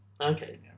Okay